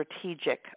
strategic